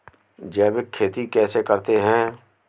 जैविक खेती कैसे करते हैं?